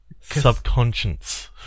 Subconscious